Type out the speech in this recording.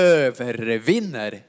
övervinner